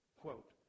Quote